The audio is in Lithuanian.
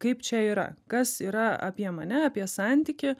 kaip čia yra kas yra apie mane apie santykį